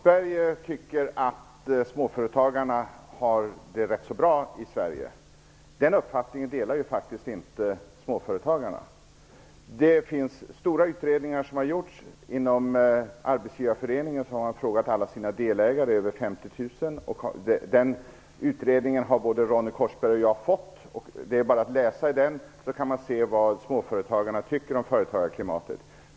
Herr talman! Ronny Korsberg tycker att småföretagarna har det rätt så bra i Sverige. Den uppfattningen delar faktiskt inte småföretagarna. Det har gjorts stora utredningar. Inom Arbetsgivareföreningen har man frågat alla sina delägare, över 50 000. Den utredningen har Ronny Korsberg och jag fått. Det är bara att läsa i den för att se vad småföretagarna tycker om företagarklimatet.